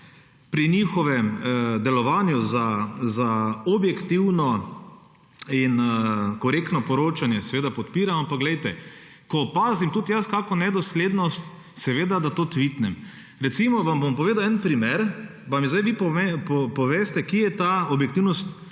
pri njihovem delovanju za objektivno in korektno poročanje seveda podpiram, ampak poglejte, ko opazim, tudi jaz kakšno nedoslednost, seveda da to tvitnem. Recimo vam bom povedal en primer, pa mi zdaj vi poveste kje je ta objektivnost